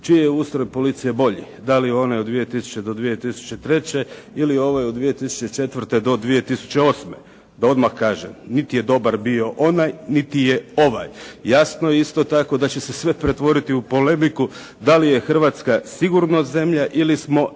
čiji je ustroj policije bolji, da li je ona od 2000. do 2003. ili ova od 2004. do 2008.? Da odmah kažem, niti je dobar bio onaj, niti je ovaj. Jasno isto tako da će se sve pretvoriti u polemiku da li je Hrvatska sigurna zemlja ili smo nesigurna